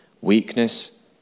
Weakness